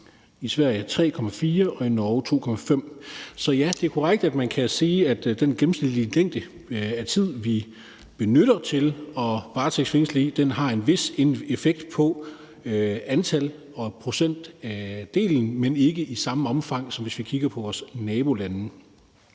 var det 3,4, og i Norge var det 2,5. Så ja, det er korrekt, at man kan sige, at den gennemsnitlige længde af tiden, vi benytter til at varetægtsfængsle i, har en vis effekt på antallet og procentdelen, men ikke i samme omfang, som hvis vi kigger på vores nabolande.